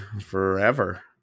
forever